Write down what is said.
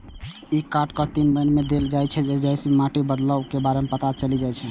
ई card हर तीन वर्ष मे देल जाइ छै, जइसे माटि मे बदलावक बारे मे पता चलि जाइ छै